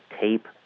tape